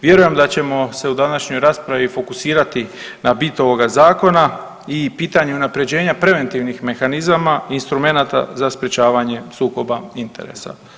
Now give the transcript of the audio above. Vjerujem da ćemo se u današnjoj raspravi fokusirati na bit ovoga Zakona i pitanje unapređenja preventivnih mehanizama, instrumenata za sprječavanje sukoba interesa.